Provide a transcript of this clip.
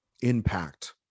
impact